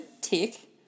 tick